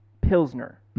Pilsner